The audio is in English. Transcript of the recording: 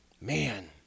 man